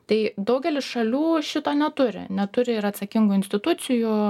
tai daugelis šalių šito neturi neturi ir atsakingų institucijų